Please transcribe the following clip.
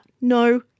no